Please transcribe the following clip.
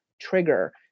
trigger